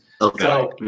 okay